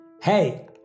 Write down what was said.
Hey